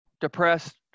depressed